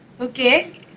Okay